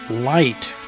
Light